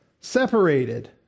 separated